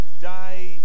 die